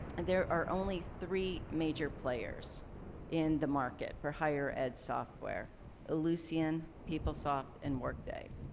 and there are only three major players in the market for higher ed software ellucian, peoplesoft and workday.